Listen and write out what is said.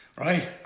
right